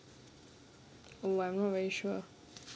well I'm not very sure